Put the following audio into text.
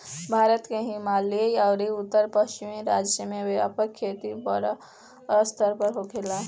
भारत के हिमालयी अउरी उत्तर पश्चिम राज्य में व्यापक खेती बड़ स्तर पर होखेला